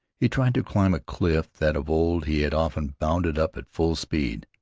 he tried to climb a cliff that of old he had often bounded up at full speed.